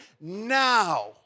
now